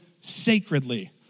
sacredly